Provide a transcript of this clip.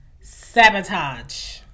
sabotage